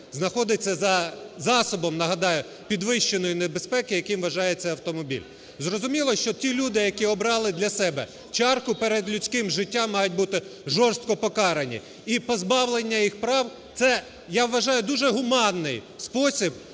знаходиться за засобом, нагадаю, підвищеної небезпеки, яким вважається автомобіль. Зрозуміло, що ті люди, які обрали для себе чарку перед людським, мають бути жорстко покарані, і позбавлення їх прав – це, я вважаю, дуже гуманний спосіб